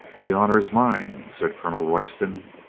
the honor is mine, said colonel royston.